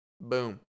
Boom